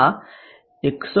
આ 114